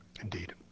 Indeed